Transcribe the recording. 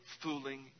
fooling